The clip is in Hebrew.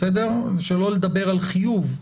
שלא לדבר על חיוב.